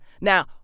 Now